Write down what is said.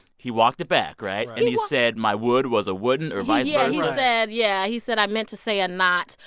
he walked it back, right and he said, my would was a wouldn't or vice yeah versa yeah, he said, i meant to say a not.